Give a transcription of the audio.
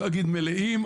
לא אגיד מלאים,